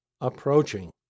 approaching